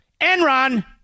Enron